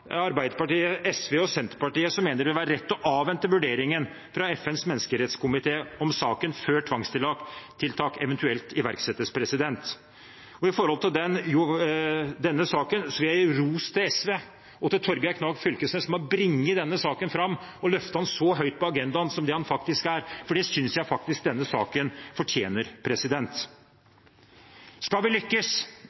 Arbeiderpartiet, SV og Senterpartiet, som mener det vil være rett å avvente vurderingen fra FNs menneskerettskomité om saken før tvangstiltak eventuelt iverksettes. Når det gjelder denne saken, vil jeg gi ros til SV og Torgeir Knag Fylkesnes, som har brakt denne saken fram og løftet den så høyt på agendaen som den faktisk er. Det synes jeg denne saken fortjener.